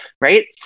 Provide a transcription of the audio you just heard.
right